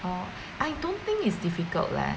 orh I don't think it's difficult leh